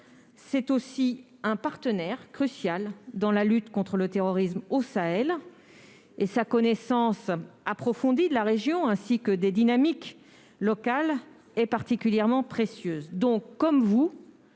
c'est aussi un partenaire crucial dans la lutte contre le terrorisme au Sahel ; sa connaissance approfondie de la région, ainsi que des dynamiques locales, est particulièrement précieuse.